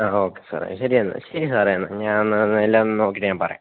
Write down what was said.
ആ ഓക്കെ സാറെ ശരി എന്നാല് ശരി സാറെ എന്നാല് ഞാനൊന്ന് എല്ലാമൊന്ന് നോക്കിയിട്ടൊന്ന് ഞാൻ പറയാം